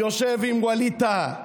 ויושב עם ווליד טאהא,